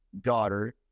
daughter